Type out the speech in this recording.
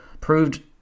proved